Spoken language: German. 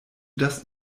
das